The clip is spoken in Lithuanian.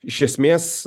iš esmės